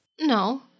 No